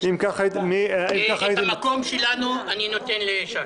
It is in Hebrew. --- את המקום שלנו אני נותן לש"ס.